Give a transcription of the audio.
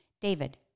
David